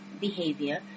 behavior